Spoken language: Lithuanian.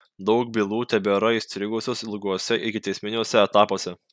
daug bylų tebėra įstrigusios ilguose ikiteisminiuose etapuose